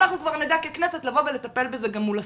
אנחנו כבר נדע ככנסת לבוא ולטפל בזה גם מול השר.